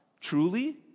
truly